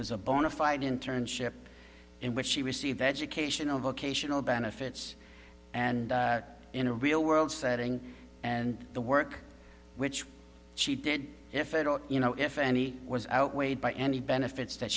was a bona fide internship in which she received educational vocational benefits and in a real world setting and the work which she did if it or you know if any was outweighed by any benefits that